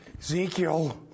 Ezekiel